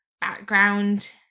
background